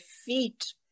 feet